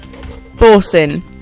Borsin